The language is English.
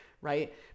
right